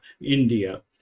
India